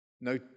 no